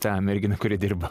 tą merginą kuri dirbo